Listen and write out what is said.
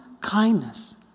kindness